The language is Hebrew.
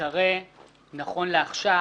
תיקרא נכון לעכשיו